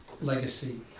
legacy